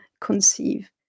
conceive